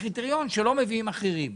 הקריטריון שלא מביאים אחרות?